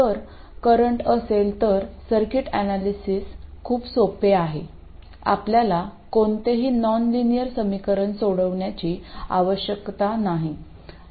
जर करंट असेल तर सर्किट अनालिसीस खूप सोपे आहे आपल्याला कोणतेही नॉनलिनियर समीकरण सोडवण्याची आवश्यकता नाही